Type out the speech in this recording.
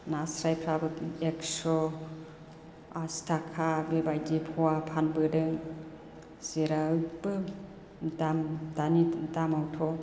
नास्रायफ्राबो एकस' आसि थाखा बेबायदि पवा फानबोदों जेरावबो दाम दानि दामावथ'